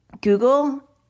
Google